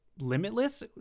limitless